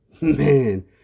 Man